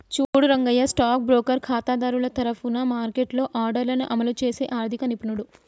చూడు Rangayya stock broker ఖాతాదారుల తరఫున మార్కెట్లో ఆర్డర్లను అమలు చేసే ఆర్థిక నిపుణుడు